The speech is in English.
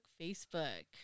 Facebook